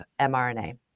mRNA